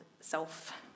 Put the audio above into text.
self